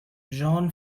jean